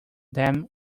then